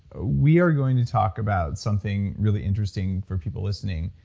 ah we are going to talk about something really interesting for people listening,